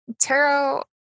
Tarot